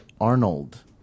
Arnold